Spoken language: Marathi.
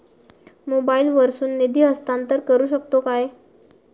मोबाईला वर्सून निधी हस्तांतरण करू शकतो काय?